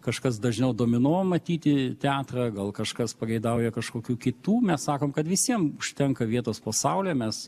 kažkas dažniau domino matyti teatrą gal kažkas pageidauja kažkokių kitų mes sakom kad visiems užtenka vietos po saule mes